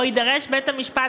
או יידרש בית-המשפט,